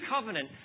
Covenant